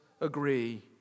agree